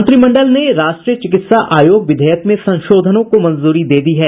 मंत्रिमंडल ने राष्ट्रीय चिकित्सा आयोग विधेयक में संशोधनों को मंजूरी दे दी है